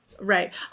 right